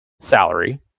salary